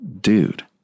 dude